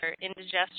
indigestion